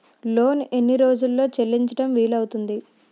Loan ఎన్ని రోజుల్లో చెల్లించడం వీలు అవుతుంది?